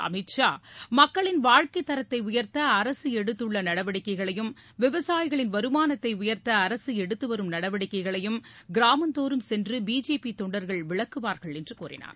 அமீத் ஷா மக்களின் வாழ்க்கைத் தரத்தை உயர்த்த அரசு எடுத்துள்ள நடவடிக்கைகளையும் விவசாயிகளின் வருமானத்தை உயர்த்த அரசு எடுத்துவரும் நடவடிக்கைகளையும் கிராமந்தோறும் சென்று பிஜேபி தொண்டர்கள் விளக்குவார்கள் என்று கூறினார்